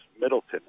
Middleton